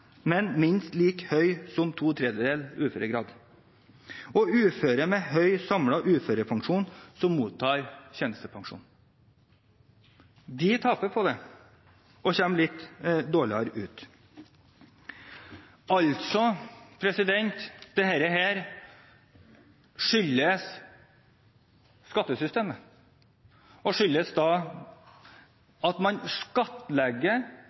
men minst like høy som to tredjedels uføregrad, og uføre med høy samlet uførepensjon som mottar tjenestepensjon. De taper på dette og kommer litt dårligere ut. Altså: Dette skyldes skattesystemet og at man skattlegger uførepensjonister og all inntekt likt, slik som Stortinget forutsatte da man